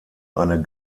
eine